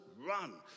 Run